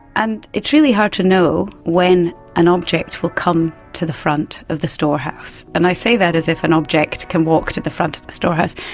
and it's really hard to know when an object will come to the front of the storehouse. and i say that as if an object can walk to the front of the storehouse,